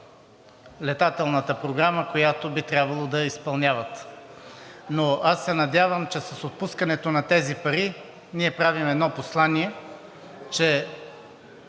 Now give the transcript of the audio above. летателната програма, която би трябвало да изпълняват. Но аз се надявам, че с отпускането на тези пари ние правим едно послание, че